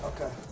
okay